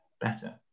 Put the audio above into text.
better